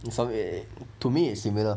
to me is similar